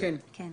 כן, כן.